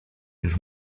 już